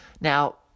Now